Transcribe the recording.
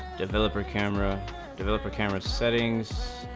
developer camera developer camera settings